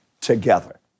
together